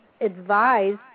advised